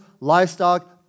livestock